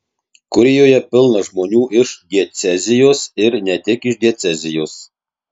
kurijoje pilna žmonių iš diecezijos ir ne tik iš diecezijos